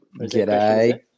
G'day